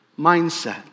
mindset